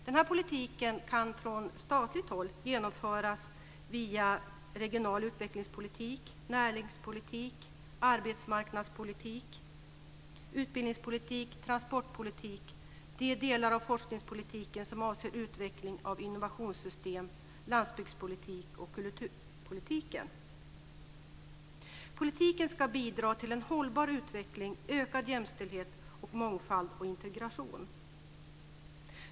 Den här politiken kan från statligt håll genomföras via regional utvecklingspolitik, näringspolitik, arbetsmarknadspolitik, utbildningspolitik, transportpolitik, de delar av forskningspolitiken som avser utveckling av innovationssystem, landsbygdspolitik och kulturpolitik. Politiken ska bidra till en hållbar utveckling, ökad jämställdhet, mångfald och integration.